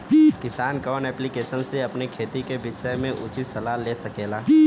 किसान कवन ऐप्लिकेशन से अपने खेती के विषय मे उचित सलाह ले सकेला?